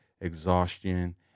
exhaustion